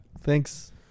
thanks